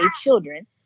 children